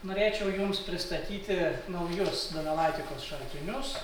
norėčiau jums pristatyti naujus donelaitikos šaltinius